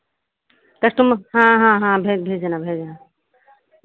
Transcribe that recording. customer हाँ हाँ हाँ भेज भेज देना भेज देना